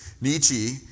Nietzsche